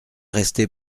rester